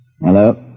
Hello